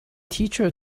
teacher